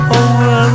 over